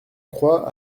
croix